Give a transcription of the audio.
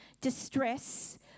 distress